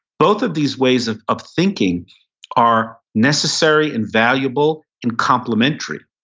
both of these ways of of thinking are necessary and valuable, and complimentary.